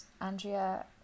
Andrea